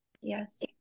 yes